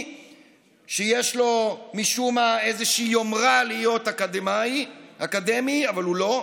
שיש לו משום מה איזושהי יומרה להיות אקדמי אבל הוא לא,